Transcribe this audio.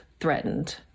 threatened